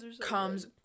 comes